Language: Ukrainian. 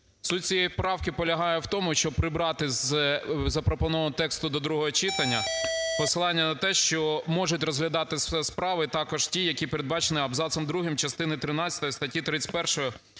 Суть цієї правки полягає в тому, щоб прибрати із запропонованого тексту до другого читання посилання на те, що можуть розглядатися справи також ті, які передбачені абзацом другим частини тринадцятої